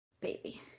Baby